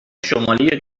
شمالی